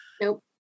Nope